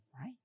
right